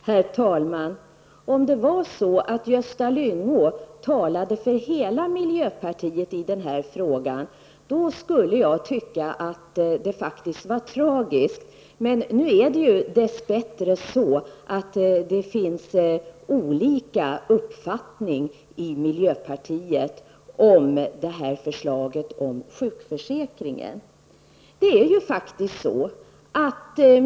Herr talman! Om Gösta Lyngå talade för hela miljöpartiet i den här frågan skulle jag faktiskt tycka att det var tragiskt. Nu är det ju dess bättre så att det finns olika uppfattningar i miljöpartiet om förslaget om sjukförsäkringen.